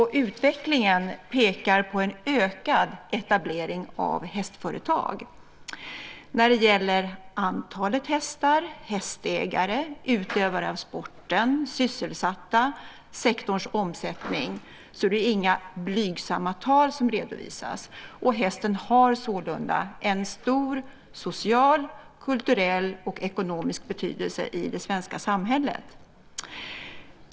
Utvecklingen pekar på en ökad etablering av hästföretag. När det gäller antalet hästar, hästägare, utövare av sporten, sysselsatta och sektorns omsättning är det inga blygsamma tal som redovisas. Hästen har sålunda en stor social, kulturell och ekonomisk betydelse i det svenska samhället.